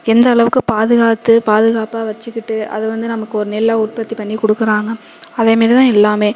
எந்த அளவுக்கு பாதுகாத்து பாதுகாப்பாக வைச்சிக்கிட்டு அதை வந்து நமக்கு ஒரு நெல்லாக உற்பத்தி பண்ணி கொடுக்குறாங்க அதேமாரி தான் எல்லாம்